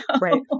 right